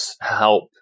help